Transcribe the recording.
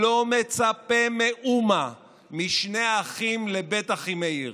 לא מצפה מאומה משני האחים לבית אחימאיר,